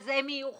אז הם יהיו חייבים.